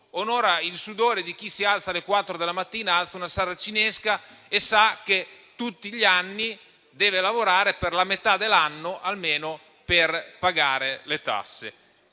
fisco, il sudore di chi si alza alle 4 del mattino, solleva una saracinesca e sa che tutti gli anni deve lavorare almeno per metà dell'anno per pagare le tasse.